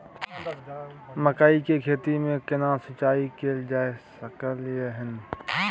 मकई की खेती में केना सिंचाई कैल जा सकलय हन?